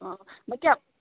অঁ বাকী আপ